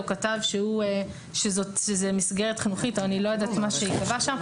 כתב שזאת מסגרת חינוכית או מה שייקבע שם,